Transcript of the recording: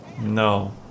No